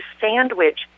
sandwich